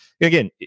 again